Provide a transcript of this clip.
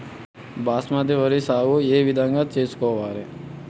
బాస్మతి వరి సాగు ఏ విధంగా చేసుకోవాలి?